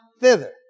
thither